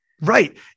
right